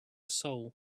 soul